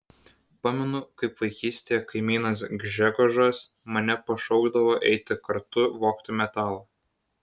pamenu kaip vaikystėje kaimynas gžegožas mane pašaukdavo eiti kartu vogti metalo